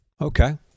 Okay